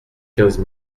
quinze